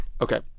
Okay